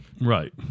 Right